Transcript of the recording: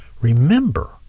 Remember